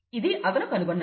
ఇది అతను కనుగొన్నారు